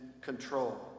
control